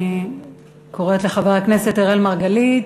אני קוראת לחבר הכנסת אראל מרגלית,